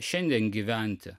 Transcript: šiandien gyventi